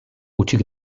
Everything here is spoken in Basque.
hutsik